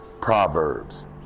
proverbs